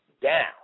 down